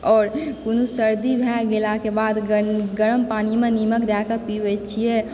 आओर कोनो सर्दी भए गेलाके बाद गरम पानिमे नीमक दएके पीबए छिऐ